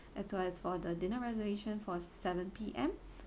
as well as for the dinner reservation for seven P_M